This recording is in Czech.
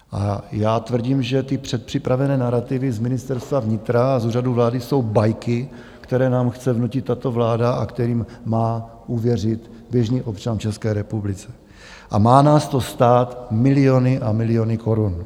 A já tvrdím, že ty předpřipravené narativy z Ministerstva vnitra a Úřadu vlády jsou bajky, které nám chce vnutit tato vláda a kterým má uvěřit běžný občan České republiky, a má nás to stát miliony a miliony korun.